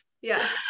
yes